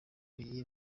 iyi